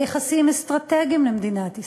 אלה יחסים אסטרטגיים למדינת ישראל.